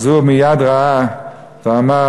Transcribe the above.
אז הוא מייד ראה ואמר: